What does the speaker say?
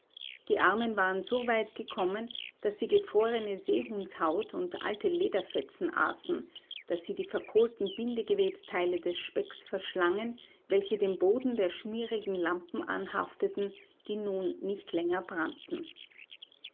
die armen waren soweit gekommen daß sie gefrorene seehundshaut und alte lederfetzen aßen daß sie die verkohlten bindegewebsteile des specks verschlangen welche dem boden der schmierigen lampen anhafteten die nun nicht länger brannten